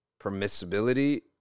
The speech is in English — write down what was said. permissibility